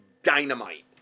dynamite